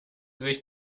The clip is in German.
sich